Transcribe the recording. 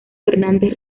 fernández